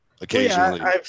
occasionally